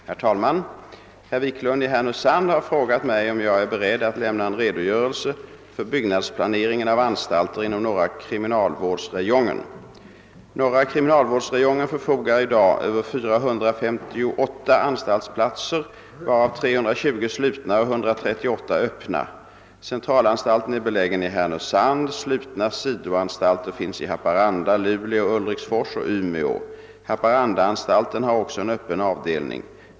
Herr talman! Herr Wiklund i Härnösand har frågat mig om jag är beredd lämna en redogörelse för byggnadspla Norra kriminalvårdsräjongen förfogar i dag över 458 anstaltsplatser, varav 320 slutna och 138 öppna. Centralanstalten är belägen i Härnösand. Slutna sidoanstalter finns i Haparanda, Luleå, Ulriksfors och Umeå. Haparandaanstalten har också en öppen avdelning.